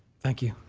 thank you,